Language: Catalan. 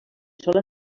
sol